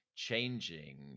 Changing